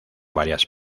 varias